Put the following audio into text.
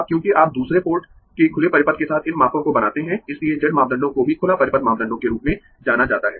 अब क्योंकि आप दूसरे पोर्ट के खुले परिपथ के साथ इन मापों को बनाते है इसलिए Z मापदंडों को भी खुला परिपथ मापदंडों के रूप में जाना जाता है